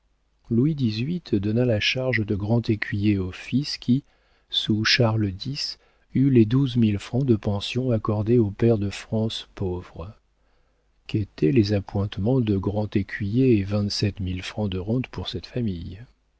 louis xviii donna la charge de grand écuyer au fils qui sous charles x eut les douze mille francs de pension accordés aux pairs de france pauvres qu'étaient les appointements de grand écuyer et vingt-sept mille francs de rente pour cette famille